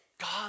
God